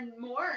more